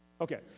Okay